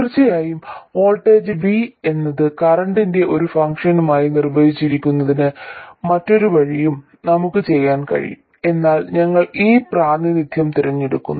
തീർച്ചയായും voltage V എന്നത് കറന്റിന്റെ ഒരു ഫംഗ്ഷനായി നിർവചിക്കുന്നതിന് മറ്റൊരു വഴിയും നമുക്ക് ചെയ്യാൻ കഴിയും എന്നാൽ ഞങ്ങൾ ഈ പ്രാതിനിധ്യം തിരഞ്ഞെടുക്കുന്നു